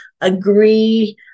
agree